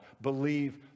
believe